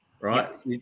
right